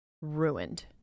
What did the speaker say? ruined